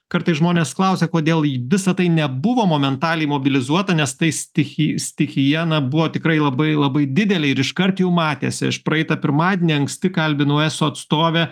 kartais žmonės klausia kodėl į visa tai nebuvo momentaliai mobilizuota nes tai stichij stichija na buvo tikrai labai labai didelė ir iškart jau matėsi aš praeitą pirmadienį anksti kalbinau eso atstovę